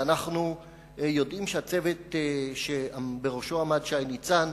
ואנחנו יודעים שהצוות שבראשו עמד שי ניצן,